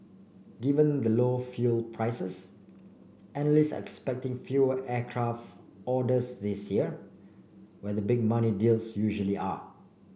given the low fuel prices analysts are expecting fewer aircraft orders this year where the big money deals usually are